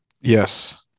Yes